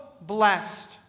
blessed